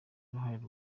uruhare